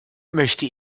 möchte